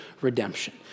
redemption